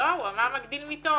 לא, הוא אמר מגדיל מיטות.